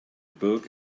book